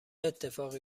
اتفاقی